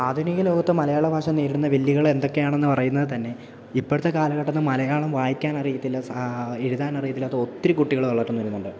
ആധുനിക ലോകത്ത് മലയാള ഭാഷ നേരിടുന്ന വെല്ലുവിളികള് എന്തൊക്കെയാണെന്നു പറയുന്നതു തന്നെ ഇപ്പോഴത്തെ കാലഘട്ടത്തില് മലയാളം വായിക്കാനറിയത്തില്ല എഴുതാനറിയത്തില്ലാത്ത ഒത്തിരി കുട്ടികള് വളർന്നുവരുന്നുണ്ട്